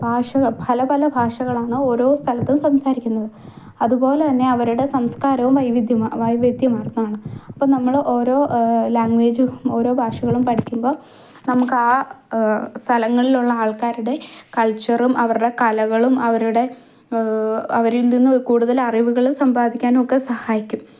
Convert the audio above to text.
ഭാഷകൾ പല പല ഭാഷകളാണ് ഓരോ സ്ഥലത്തും സംസാരിക്കുന്നത് അത്പോലന്നെ അവരുടെ സംസ്കാരവും വൈവിധ്യമാർ വൈവിധ്യമാർന്നതാണ് അപ്പം നമ്മൾ ഓരോ ലാംഗ്വേജും ഓരോ ഭാഷകളും പഠിക്കുമ്പം നമുക്ക് ആ സ്ഥലങ്ങളിലുള്ള ആൾക്കാരുടെ കൾച്ചറും അവരുടെ കലകളും അവരുടെ അവരിൽ നിന്നു കൂടുതൽ അറിവുകളും സമ്പാദിക്കാനൊക്കെ സഹായിക്കും